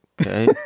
Okay